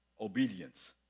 Obedience